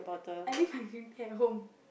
I leave my green tea at home